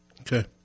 Okay